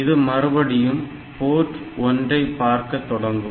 இது மறுபடியும் போர்ட் 1 பார்க்க தொடங்கும்